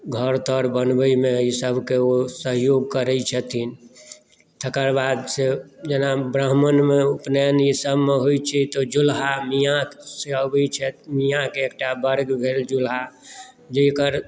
घर तर बनबयमे ई सभकेँ ओ सहयोग करै छथिन तकर बाद से जेना ब्राम्हणमे उपनयन ई सभमे होइत छै तऽ जोलहा मियाँ से अबै छथि मियाँकेँ एकटा वर्ग भेल जोलहा जेकर